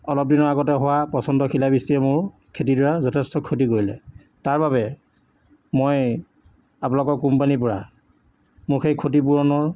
অলপ দিনৰ আগতে হোৱা প্ৰচণ্ড শিলাবৃষ্টিয়ে মোৰ খেতিডৰা যথেষ্ট ক্ষতি কৰিলে তাৰবাবে মই আপোনালোকৰ কোম্পানীৰপৰা মোক সেই ক্ষতি পূৰণৰ